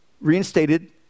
reinstated